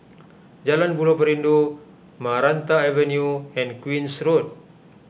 Jalan Buloh Perindu Maranta Avenue and Queen's Road